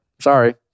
sorry